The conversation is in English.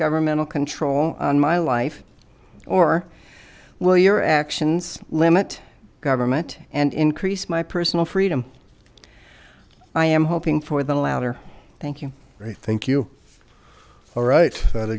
governmental control on my life or will your actions limit government and increase my personal freedom i am hoping for the latter thank you i think you are right